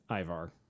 Ivar